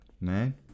man